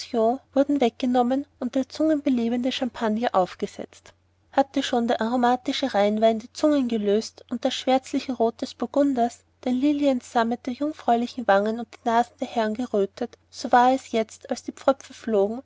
würden weggenommen und der zungenbelebende champagner aufgesetzt hatte schon der aromatische rheinwein die zungen gelöst und das schwärzliche rot des burgunders den liliensammet der jungfräulichen wangen und die nasen der herren gerötet so war es jetzt als die pfröpfe